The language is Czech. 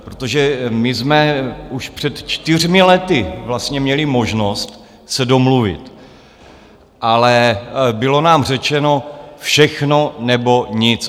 Protože my jsme už před čtyřmi lety vlastně měli možnost se domluvit, ale bylo nám řečeno všechno, nebo nic.